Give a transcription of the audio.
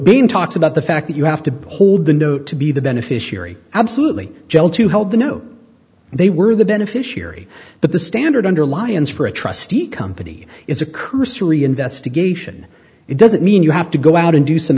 being talks about the fact that you have to hold the note to be the beneficiary absolutely gel to help the know they were the beneficiary but the standard under lyons for a trustee company is a cursory investigation it doesn't mean you have to go out and do some